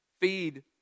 feed